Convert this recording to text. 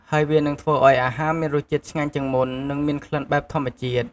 ហើយវានិងធ្វើឱ្យអាហារមានរសជាតិឆ្ងាញ់ជាងមុន និងមានក្លិនបែបធម្មជាតិ។